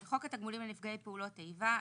"בחוק התגמולים לנפגעי פעולות איבה,